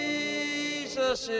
Jesus